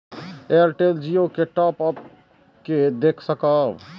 Airtel Jio के top up के देख सकब?